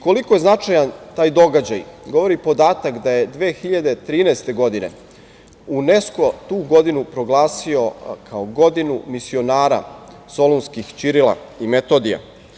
Koliko je značajan taj događaj govori podatak da je 2013. godine UNESKO tu godinu proglasio kao godinu misionara solunskih Ćirila i Metodija.